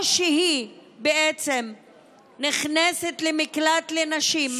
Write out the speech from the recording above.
או שהיא בעצם נכנסת למקלט לנשים,